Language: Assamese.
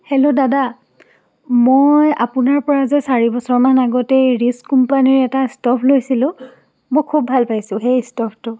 হেল্ল' দাদা মই আপোনাৰ পৰা যে চাৰি বছৰমান আগতে ৰিস্ক কোম্পানীৰ এটা ষ্টোভ লৈছিলো মই খুব ভাল পাইছোঁ সেই ষ্টোভটো